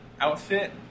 outfit